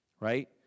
right